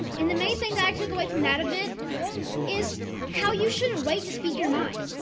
and the main thing that i took away from that event is how you shouldn't wait to speak your mind.